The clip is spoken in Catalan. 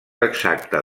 exacte